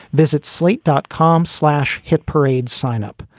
visit slate dot com slash hit parade sign up.